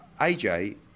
AJ